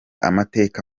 amateka